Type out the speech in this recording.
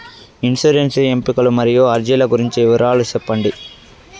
insurance ఎంపికలు మరియు అర్జీల గురించి వివరాలు సెప్పండి